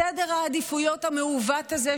סדר העדיפויות המעוות הזה,